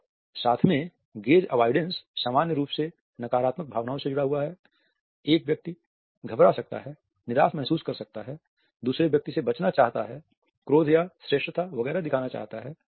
और साथ में गेज़ अवोइड़ेन्स सामान्य रूप से नकारात्मक भावनाओं से जुड़ा हुआ है एक व्यक्ति घबरा सकता है निराश महसूस कर सकता है दूसरे व्यक्ति से बचना चाहता है क्रोध या श्रेष्ठता वगैरह दिखाना चाहता है